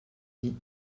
dit